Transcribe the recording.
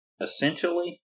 Essentially